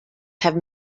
have